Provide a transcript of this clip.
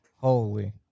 Holy